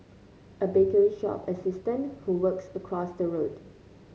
a bakery shop assistant who works across the road